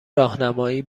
راهنمایی